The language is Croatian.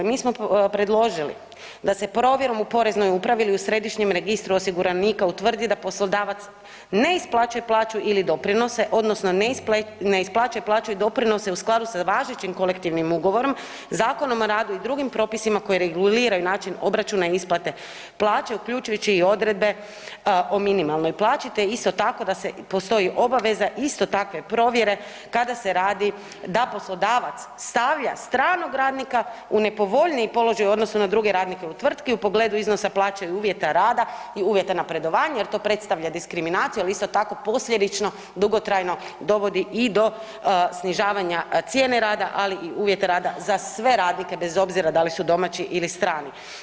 Mi smo predložili da se provjerom u Poreznoj upravi ili u središnjem registru osiguranika utvrdi da poslodavac ne isplaćuje plaću ili doprinose odnosno ne isplaćuje plaću i doprinose u skladu sa važećim kolektivnim ugovorom, Zakonom o radu i drugim propisima koji reguliraju način obračuna i isplate plaće uključujući i odredbe o minimalnoj plaći, te isto tako da se postoji obaveza isto takve provjere kada se radi da poslodavac stavlja stranog radnika u nepovoljniji položaj u odnosu na druge radnike u tvrtki u pogledu iznosa plaće i uvjeta rada i uvjeta napredovanja jer to predstavlja diskriminaciju, ali isto tako posljedično dugotrajno dovodi i do snižavanja cijene rada, ali i uvjeta rada za sve radnike bez obzira da li su domaći ili strani.